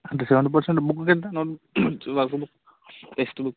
అంటే seventy percent బుక్కుకు ఎంత నోట్బుక్ వర్క్బుక్ టెక్స్ట్బుక్